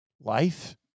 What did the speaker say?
life